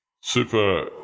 super